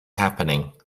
happening